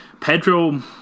Pedro